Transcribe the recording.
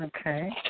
Okay